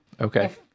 Okay